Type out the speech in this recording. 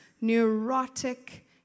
neurotic